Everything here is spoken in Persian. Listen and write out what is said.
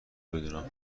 بدونم